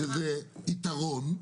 שזה יתרון,